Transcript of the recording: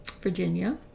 Virginia